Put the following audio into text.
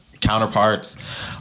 counterparts